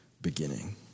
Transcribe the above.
beginning